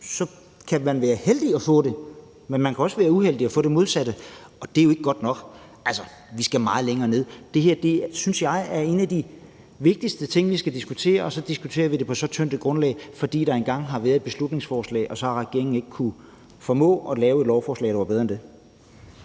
så kan man være heldig at få det, men man kan også være uheldig at få det modsatte – og det er jo ikke godt nok. Altså, vi skal meget længere ned. Det her synes jeg er en af de vigtigste ting, vi skal diskutere, og så diskuterer vi det på så tyndt et grundlag, fordi der engang har været et beslutningsforslag, og så har regeringen ikke kunnet formå at lave et lovforslag, der var bedre end det.